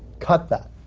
cut that.